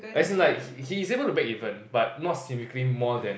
as in like he he's able to break even but not significantly more than